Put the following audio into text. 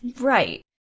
Right